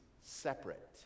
separate